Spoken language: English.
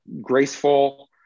graceful